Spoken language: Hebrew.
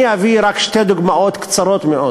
אני אביא רק שתי דוגמאות קצרות מאוד